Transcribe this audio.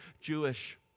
Jewish